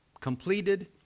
completed